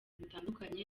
bitandukanye